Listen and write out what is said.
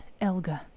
Elga